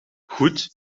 goed